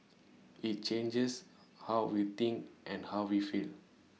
IT changes how we think and how we feel